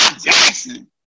Jackson